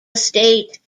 estate